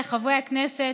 לחברי הכנסת,